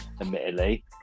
admittedly